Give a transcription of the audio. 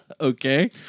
Okay